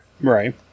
Right